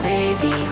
Baby